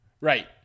Right